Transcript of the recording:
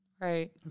Right